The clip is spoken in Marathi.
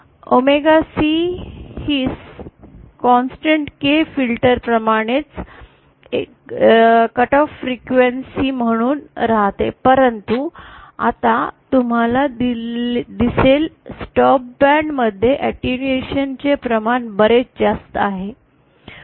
ओमेगा C ही स्थिर K फिल्टर प्रमाणेच कट ऑफ फ्रीक्वेंसी म्हणून राहते परंतु आता तुम्हाला दिसेल स्टॉप बँड मध्ये अटेन्यूएशन चे प्रमाण बरेच जास्त आहे